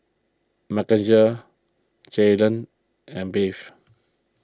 Mackenzie Jaylan and Beth